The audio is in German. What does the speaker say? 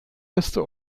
erste